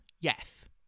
Yes